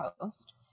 post